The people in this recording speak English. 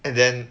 and then